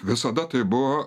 visada tai buvo